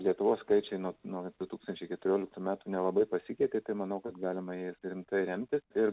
lietuvos skaičiai nuo nuo du tūkstančiai keturioliktų metų nelabai pasikeitė tai manau kad galima jais rimtai remtis ir